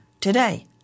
today